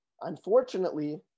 Unfortunately